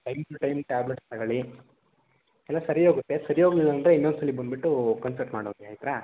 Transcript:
time to time tablets ತಗೊಳ್ಳಿ ಎಲ್ಲ ಸರಿ ಹೋಗುತ್ತೆ ಸರಿ ಹೋಗ್ಲಿಲ್ಲ ಅಂದರೆ ಇನ್ನೊಂದ್ಸಲ ಬಂದುಬಿಟ್ಟು ಕನ್ಸಲ್ಟ್ ಮಾಡ್ಹೋಗಿ ಆಯಿತಾ